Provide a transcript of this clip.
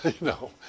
no